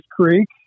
Creek